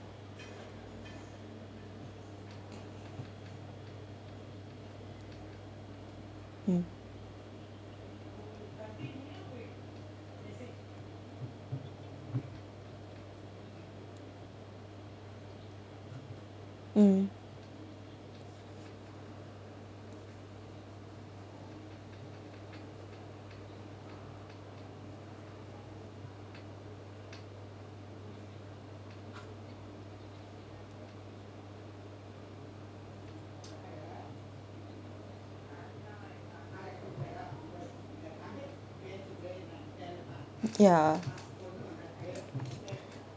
mm mm ya